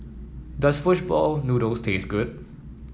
does fish ball noodles taste good